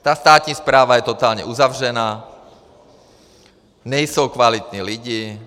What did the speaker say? Ta státní správa je totálně uzavřená, nejsou kvalitní lidi.